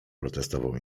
protestował